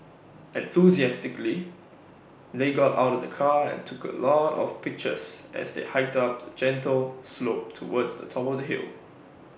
enthusiastically they got out of the car and took A lot of pictures as they hiked up the gentle slope towards the top of the hill